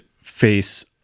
face